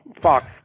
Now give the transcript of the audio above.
Fox